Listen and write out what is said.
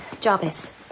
Jarvis